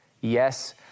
Yes